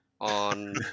on